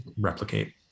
replicate